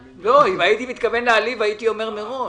לא, אם הייתי מתכוון להעליב, הייתי אומר מראש.